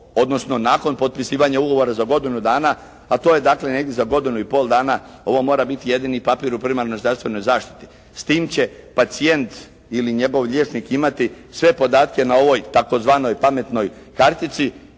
odnosno nakon potpisivanja ugovora za godinu dana, a to je dakle negdje za godinu i pol dana, ovo mora biti jedini papir u primarnoj zdravstvenoj zaštiti. S tim će pacijent ili njegov liječnik imati sve podatke na ovoj tzv. pametnoj kartici